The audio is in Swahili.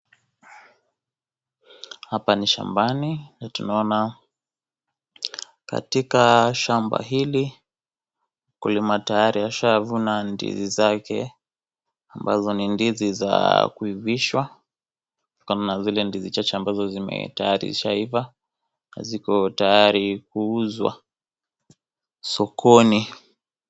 Hapa ni shambani tunaona katika shamba hili mkulima tayari ashavuna ndizi zake ambazo ni ndizi za kuivishwa kuna zile ndizi chache ambazo tayari zishaiva na ziko tayari kuuzwa sokoni.